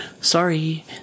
sorry